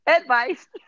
Advice